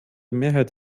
mehrheit